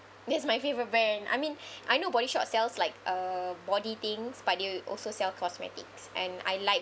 that's my favorite brand I mean I know Body Shop sells like uh body things but they also sell cosmetics and I like